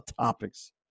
topics